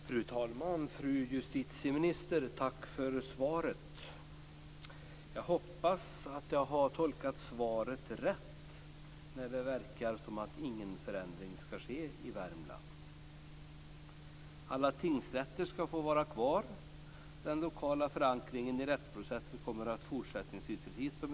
Fru talman och fru justitieminister! Jag tackar för svaret och hoppas att jag har tolkat det rätt, nämligen att det verkar som att ingen förändring ska ske i Värmland. Alla tingsrätter ska få vara kvar. Den lokala förankringen i rättsprocessen kommer fortsättningsvis att vara precis i dag.